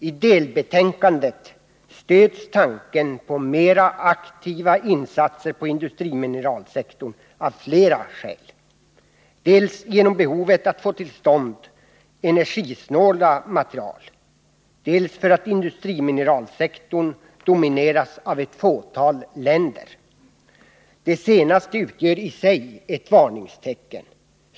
I delbetänkandet stöds tanken på mera aktiva insatser på industrimineralsektorn av flera skäl, dels för att få fram energisnåla material, dels för att industrimineralsektorn domineras av ett fåtal länder. Det senaste utgör i sig ett varningstecken.